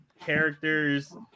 characters